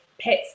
pets